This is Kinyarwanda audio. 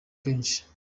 kenshi